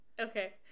okay